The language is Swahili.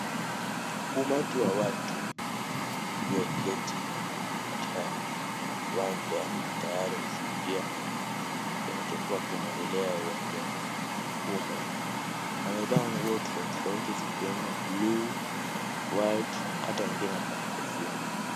Umati wa watu ulioketi katika kiwanja tayari kushuhudia kinachokuwa kinaendelea uwanjani humo. Wamevaa nguo tofauti tofauti zikiwemo buluu, white hata wengine wako na kofia.